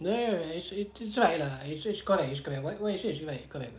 ya ya like it it's inside lah and so it's called what you said is right correct [pe]